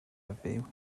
heddiw